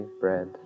bread